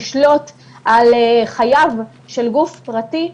לשלוט על חייו של גוף פרטי,